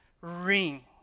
ring